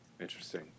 Interesting